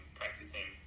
practicing